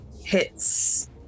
hits